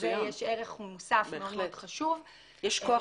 ההוצאה לפועל לא תגבה את זה ותסגור את התיק.